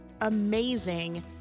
amazing